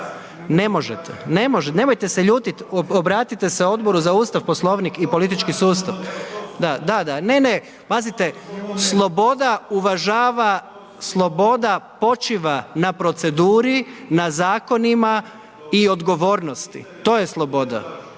Ne možete. Ne Možete. Nemojte se ljutiti, obratite se Odboru za Ustav, Poslovnik i politički sustav. Da, da. Ne, ne, pazite. Sloboda uvažava, sloboda počiva na proceduri, na zakonima i odgovornosti. To je sloboda.